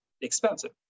expensive